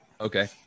Okay